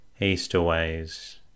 Easterways